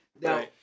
Now